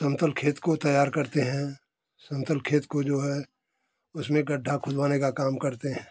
समतल खेत को तैयार करते हैं समतल खेत को जो है उसमें गड्ढा खुदवाने का काम करते हैं